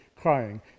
crying